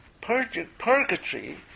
purgatory